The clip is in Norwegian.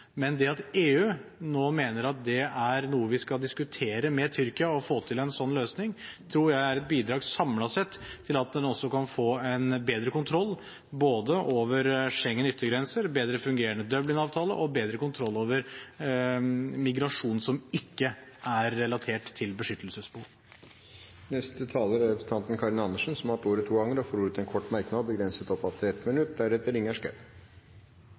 men det at EU nå mener at det å få til en slik løsning er noe vi skal diskutere med Tyrkia, tror jeg, samlet sett, er et bidrag til at en også kan få både bedre kontroll over Schengens yttergrenser, en bedre fungerende Dublin-avtale og bedre kontroll over migrasjon som ikke er relatert til beskyttelsesbehov. Representanten Karin Andersen har hatt ordet to ganger tidligere og får ordet til en kort merknad, begrenset til 1 minutt.